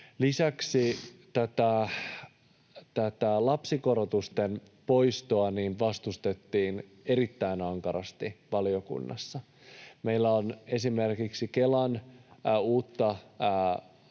Lisäksi tätä lapsikorotuksen poistoa vastustettiin erittäin ankarasti valiokunnassa. Meillä on esimerkiksi Kelan uutta